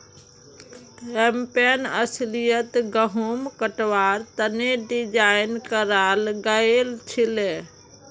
campaign अस्लियतत गहुम कटवार तने डिज़ाइन कराल गएल छीले